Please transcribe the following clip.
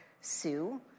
sue